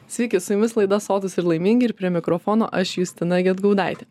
sveiki su jumis laida sotūs ir laimingi ir prie mikrofono aš justina gedgaudaitė